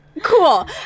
Cool